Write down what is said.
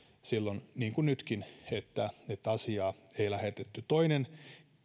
silloin niin niin kuin nytkin että että asiaa ei lähetetty toinen